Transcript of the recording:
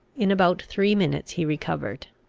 in about three minutes he recovered.